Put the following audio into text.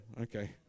okay